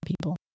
people